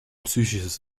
psychisches